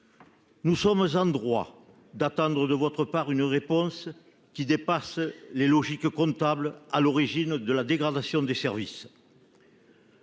Nous sommes en droit d'attendre de votre part une réponse qui dépasse les logiques comptables à l'origine de la dégradation des services.